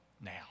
now